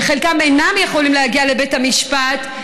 וחלקם אינם יכולים להגיע לבית המשפט,